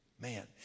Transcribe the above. Man